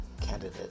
candidate